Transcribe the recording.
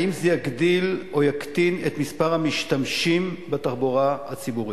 האם זה יגדיל או יקטין את מספר המשתמשים בתחבורה הציבורית.